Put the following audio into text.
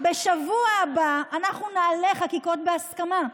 בשבוע הבא אנחנו נעלה חקיקות בהסכמה.